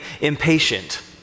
impatient